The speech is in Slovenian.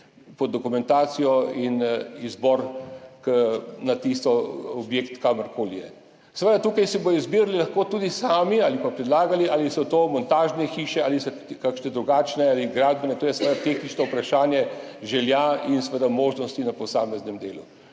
po dokumentacijo in izbor na tisti objekt, kjerkoli je. Tukaj si bodo lahko izbirali tudi sami ali pa predlagali, ali so to montažne hiše ali so kakšne drugačne ali gradbene, to je tehnično vprašanje želja in možnosti na posameznem delu.